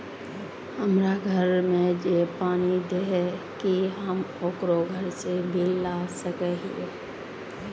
हमरा घर में जे पानी दे है की हम ओकरो से बिल ला सके हिये?